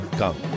come